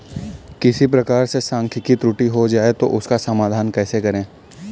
किसी प्रकार से सांख्यिकी त्रुटि हो जाए तो उसका समाधान कैसे करें?